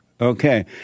Okay